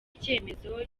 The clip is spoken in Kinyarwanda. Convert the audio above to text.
icyemezo